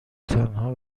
تنها